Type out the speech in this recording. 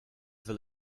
will